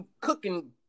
cooking